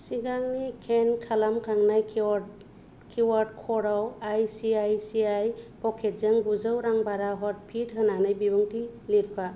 सिगांनि स्केन खालामखानाय QR code आवआइसिआइसिआइ प'केट्स जों गुजौ रां बारा हर टिप होननानै बिबुंथि लिरफा